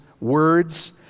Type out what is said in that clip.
words